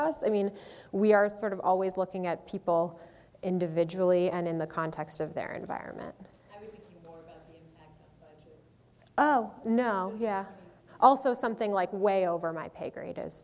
us i mean we are sort of always looking at people individually and in the context of their environment oh no yeah also something like way over my pay gr